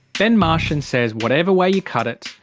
ben marshan says, whatever way you cut it,